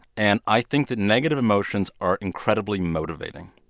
and i think that negative emotions are incredibly motivating.